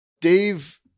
Dave